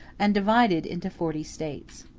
and divided into forty states.